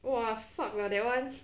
!wah! fuck ah that one